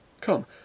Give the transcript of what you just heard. Come